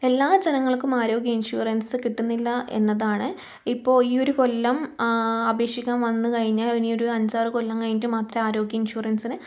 എല്ലാ ജനങ്ങൾക്കും ആരോഗ്യ ഇൻഷുറൻസ് കിട്ടുന്നില്ല എന്നതാണ് ഇപ്പോൾ ഈ ഒരു കൊല്ലം അപേക്ഷിക്കാൻ വന്നു കഴിഞ്ഞാൽ ഇനി ഒരു അഞ്ചാറ് കൊല്ലം കഴിഞ്ഞിട്ട് മാത്രമേ ആരോഗ്യ ഇൻഷുറൻസിന്